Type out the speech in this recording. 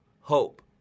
Hope